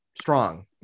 strong